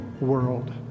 world